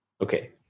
Okay